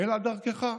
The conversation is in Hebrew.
אלא דרכך.